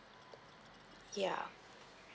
yeah